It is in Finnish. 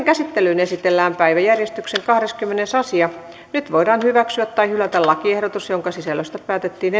käsittelyyn esitellään päiväjärjestyksen kahdeskymmenes asia nyt voidaan hyväksyä tai hylätä lakiehdotus jonka sisällöstä päätettiin